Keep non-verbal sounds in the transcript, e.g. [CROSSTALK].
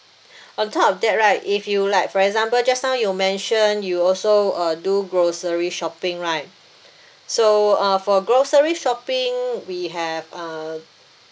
[BREATH] on top of that right if you like for example just now you mention you also uh do grocery shopping right so uh for grocery shopping we have uh